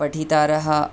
पठितारः